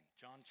John